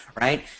right